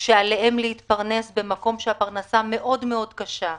שצריכים להתפרנס במקום בו הפרנסה מאוד מאוד קשה,